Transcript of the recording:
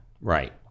right